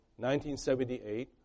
1978